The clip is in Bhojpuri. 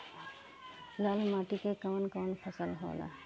लाल माटी मे कवन कवन फसल होला?